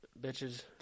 Bitches